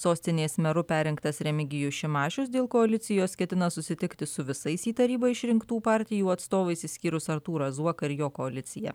sostinės meru perrinktas remigijus šimašius dėl koalicijos ketina susitikti su visais į tarybą išrinktų partijų atstovais išskyrus artūrą zuoką ir jo koaliciją